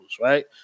right